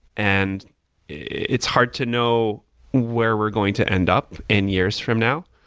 and it's hard to know where we're going to end up in years from now.